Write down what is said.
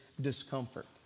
discomfort